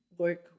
Work